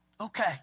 okay